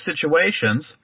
situations